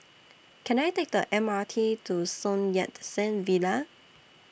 Can I Take The M R T to Sun Yat Sen Villa